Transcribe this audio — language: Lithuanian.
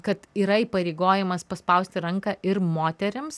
kad yra įpareigojimas paspausti ranką ir moterims